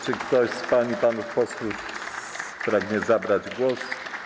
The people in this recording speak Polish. Czy ktoś z pań i panów posłów pragnie zabrać głos?